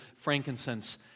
frankincense